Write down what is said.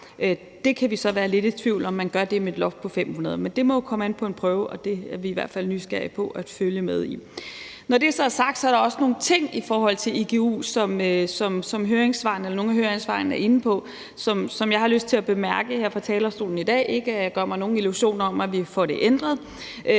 Det kan vi så være lidt i tvivl om om man gør med et loft på 1.500, men det må komme an på en prøve, og det er vi i hvert fald nysgerrige på at følge med i. Når det så er sagt, er der også nogle ting i forhold til igu, som nogle af høringssvarene er inde på, og som jeg også har lyst til at bemærke her fra talerstolen – ikke at jeg gør mig nogen illusioner om, at vi får det ændret.